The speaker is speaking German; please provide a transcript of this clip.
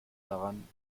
daran